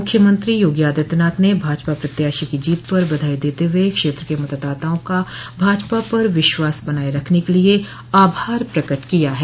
मुख्यमंत्री योगी आदित्यनाथ ने भाजपा प्रत्याशी की जीत पर बधाई देते हुए क्षेत्र के मतदाताओं का भाजपा पर विश्वास बनाये रखने के लिये आभार प्रकट किया है